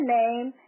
name